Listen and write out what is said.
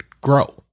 grow